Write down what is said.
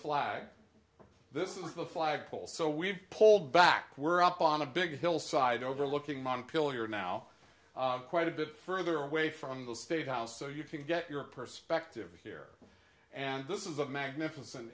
flag this is the flag pole so we've pulled back we're up on a big hillside overlooking montpelier now quite a bit further away from the state house so you can get your perspective here and this is a magnificent